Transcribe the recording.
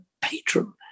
patron